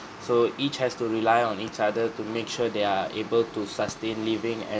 so each has to rely on each other to make sure they are able to sustain living and